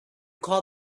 call